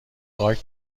خاک